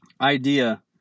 idea